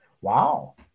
Wow